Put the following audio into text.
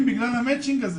בגלל המצ'ינג הזה,